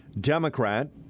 Democrat